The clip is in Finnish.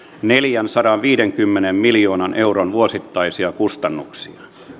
neljänsadanviidenkymmenen miljoonan euron vuosittaisia kustannuksia